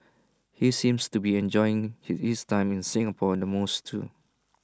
he seems to be enjoying his time in Singapore in the most too